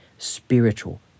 spiritual